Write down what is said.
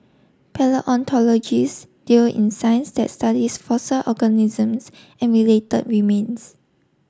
palaeontologist deal in science that studies fossil organisms and related remains